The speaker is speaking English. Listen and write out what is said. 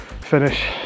finish